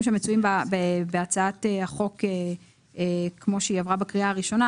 שמצויים בהצעת החוק כמו שהיא עברה בקריאה הראשונה,